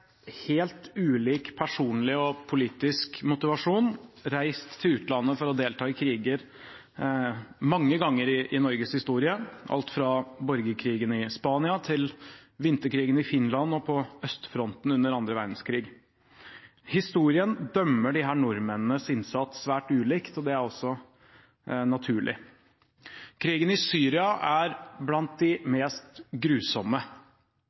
delta i kriger, alt fra borgerkrigen i Spania til vinterkrigen i Finland og på østfronten under annen verdenskrig. Historien dømmer disse nordmennenes innsats svært ulikt, det er også naturlig. Krigen i Syria er blant de mest grusomme